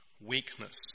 weakness